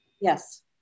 yes